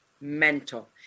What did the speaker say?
mental